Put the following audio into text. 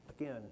Again